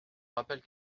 rappelle